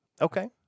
Okay